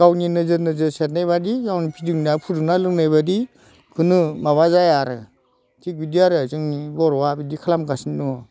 गावनि नोजोर नोजोर सेरनायबादि गावनो फिदिंना फुदुंना लोंनायबादि खुनु माबा जाया आरो थिग बिदि आरो जोंनि बर'आ बिदि खालामगासिनो दङ